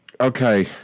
Okay